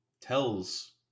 tells